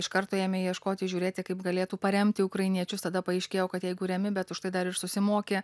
iš karto ėmė ieškoti žiūrėti kaip galėtų paremti ukrainiečius tada paaiškėjo kad jeigu remi bet už tai dar ir susimoki